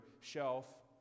shelf